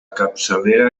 capçalera